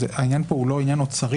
העניין פה הוא לא עניין אוצרי,